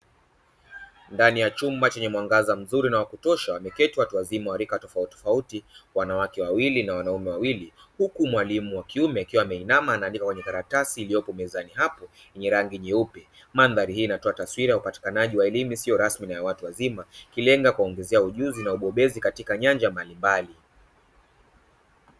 Ndani ya chumba chenye mwangaza mzuri na wakutosha, wameketi watu wazima wa rika tofautitofauti, wanawake wawili na wanaume wawili, huku mwalimu wa kiume akiwa ameinama anaandika kwenye karatasi iliyopo mezani hapo yenye rangi nyeupe. Mandhari hii inatoa taswira ya upatikanaji wa elimu isiyo rasmi na ya watu wazima, ikilenga kuwaongezea ujuzi na ubobezi katika nyanja mbalimbali.